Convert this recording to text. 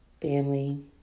family